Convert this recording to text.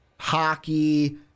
hockey